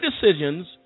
decisions